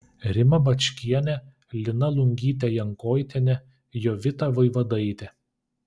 rima bačkienė lina lungytė jankoitienė jovita vaivadaitė